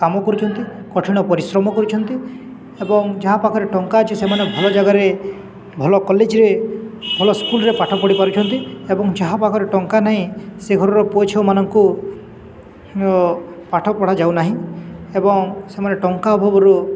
କାମ କରୁଛନ୍ତି କଠିନ ପରିଶ୍ରମ କରୁଛନ୍ତି ଏବଂ ଯାହା ପାଖରେ ଟଙ୍କା ଅଛି ସେମାନେ ଭଲ ଜାଗାରେ ଭଲ କଲେଜ୍ରେ ଭଲ ସ୍କୁଲ୍ରେ ପାଠ ପଢ଼ି ପାରୁଛନ୍ତି ଏବଂ ଯାହା ପାଖରେ ଟଙ୍କା ନାହିଁ ସେ ଘରର ପୁଅ ଛୁଆମାନଙ୍କୁ ପାଠ ପଢ଼ାାଯାଉନାହିଁ ଏବଂ ସେମାନେ ଟଙ୍କା ଅଭାବରୁ